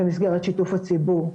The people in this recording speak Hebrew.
במסגרת שיתוף הציבור.